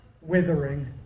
withering